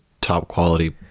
top-quality